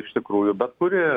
iš tikrųjų bet kuri